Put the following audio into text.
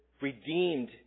redeemed